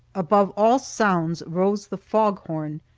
above all sounds rose the fog horn.